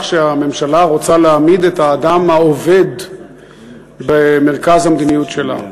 שהממשלה רוצה להעמיד את האדם העובד במרכז המדיניות שלה.